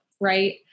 Right